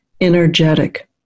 energetic